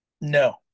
No